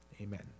amen